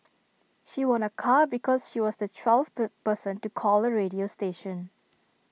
she won A car because she was the twelfth per person to call the radio station